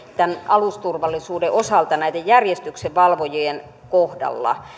alusturvallisuuden osalta näiden järjestyksenvalvojien kohdalla